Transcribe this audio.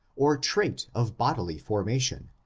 or trait of bodily formation,